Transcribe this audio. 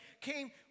came